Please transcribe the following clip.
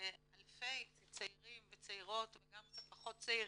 אלפי צעירים וצעירות, וגם קצת פחות צעירים,